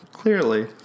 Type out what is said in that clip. Clearly